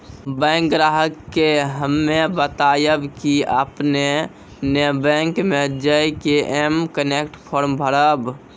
bank ग्राहक के हम्मे बतायब की आपने ने बैंक मे जय के एम कनेक्ट फॉर्म भरबऽ